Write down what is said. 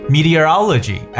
Meteorology